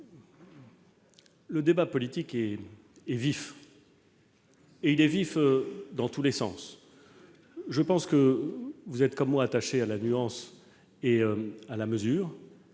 Le débat politique est vif, et il est vif dans tous les sens. Je pense que vous êtes, comme moi, attaché à la nuance et à la mesure.